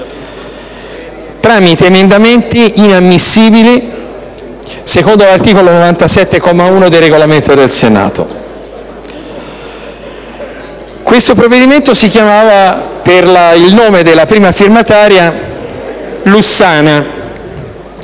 tramite emendamenti inammissibili secondo l'articolo 97, comma 1, del Regolamento del Senato. Questo provvedimento si chiamava per il nome della prima firmataria Lussana.